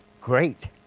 great